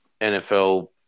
NFL –